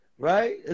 Right